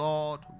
Lord